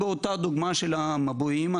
באותה דוגמה של היישוב מבועים,